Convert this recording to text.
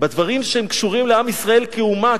בדברים שהם קשורים לעם ישראל כאומה,